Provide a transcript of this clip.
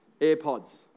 AirPods